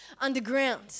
Underground